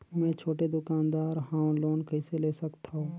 मे छोटे दुकानदार हवं लोन कइसे ले सकथव?